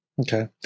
Okay